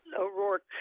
O'Rourke